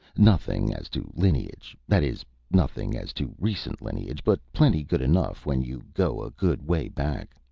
nothing as to lineage that is, nothing as to recent lineage but plenty good enough when you go a good way back.